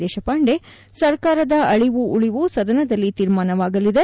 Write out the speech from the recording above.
ದೇಶಪಾಂಡೆ ಸರ್ಕಾರದ ಅಳವು ಉಳವು ಸದನದಲ್ಲಿ ತೀರ್ಮಾನವಾಗಲಿದೆ